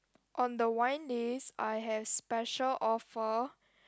on the wine days I have special offer